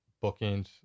bookings